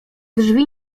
drzwi